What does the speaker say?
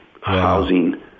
housing